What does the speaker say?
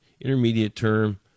intermediate-term